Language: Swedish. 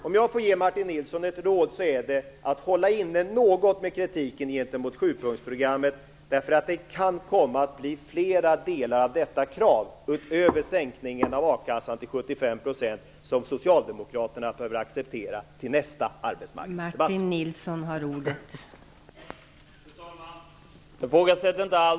Om jag får ge Martin Nilsson ett råd så är det att hålla inne något med kritiken gentemot sjupunktsprogrammet. Det kan nämligen komma att bli fler delar av detta krav än sänkningen av a-kassan till 75 % som Socialdemokraterna behöver acceptera till nästa arbetsmarknadsdebatt.